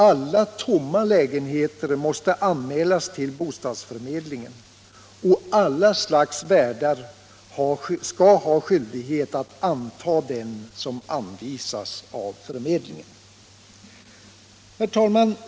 Alla tomma lägenheter måste anmälas till bostadsförmedlingen och alla slags värdar skall ha skyldighet att anta dem som anvisas av förmedlingen.